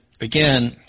again